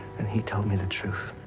and he told me the truth.